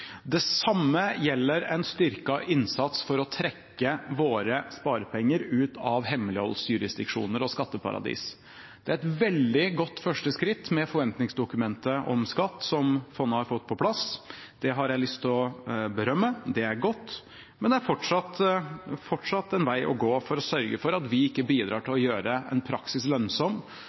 det prinsippet. Det samme gjelder en styrket innsats for å trekke våre sparepenger ut av hemmeligholdjurisdiksjoner og skatteparadis. Det er et veldig godt første skritt med forventningsdokumentet om skatt som fondet har fått på plass, det har jeg lyst til å berømme. Det er godt, men det er fortsatt en vei å gå for å sørge for at vi ikke bidrar til å gjøre en praksis lønnsom